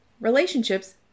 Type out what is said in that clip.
relationships